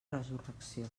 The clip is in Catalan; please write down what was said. resurrecció